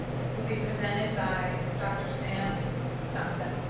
this will be presented by dr. sam donta.